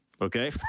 Okay